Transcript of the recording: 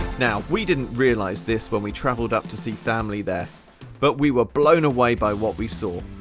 now, we didn't realize this when we travelled up to see family there but we were blown away by what we saw,